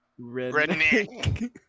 Redneck